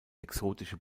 exotischen